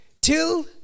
till